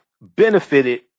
benefited